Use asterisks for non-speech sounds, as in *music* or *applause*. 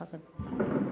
*unintelligible*